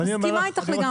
אני מסכימה איתך לגמרי.